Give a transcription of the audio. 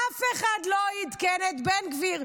אף אחד לא עדכן את בן גביר,